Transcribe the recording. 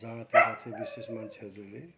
जहाँतिर चाहिँ विशेष मान्छेहरूले